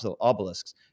obelisks